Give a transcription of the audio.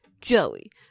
Joey